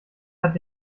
hat